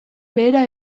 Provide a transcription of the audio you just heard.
behera